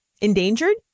Endangered